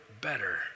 better